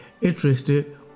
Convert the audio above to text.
interested